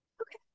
Okay